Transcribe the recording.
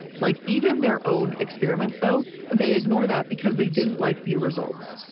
like even their own experiments though, they ignore that because they didn't like the results.